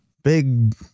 big